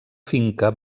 finca